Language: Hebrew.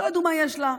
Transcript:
ולא ידעו מה יש לה,